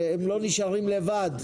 שהם לא נשארים לבד.